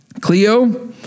Cleo